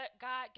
God